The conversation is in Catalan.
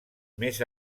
més